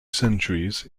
centuries